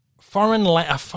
foreign